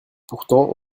pourtant